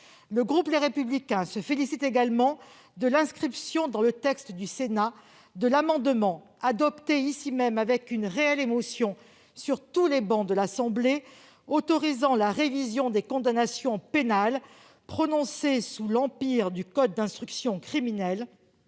groupe se félicite également de l'inscription dans le texte du Sénat de l'amendement, adopté ici avec une réelle émotion sur l'ensemble des travées, autorisant la révision des condamnations pénales prononcées sous l'empire du code d'instruction criminelle